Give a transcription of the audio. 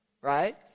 right